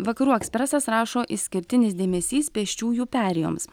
vakarų ekspresas rašo išskirtinis dėmesys pėsčiųjų perėjoms